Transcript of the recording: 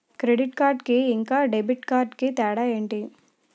Credit card కి ఇంకా debit card కి తేడా ఏంటి?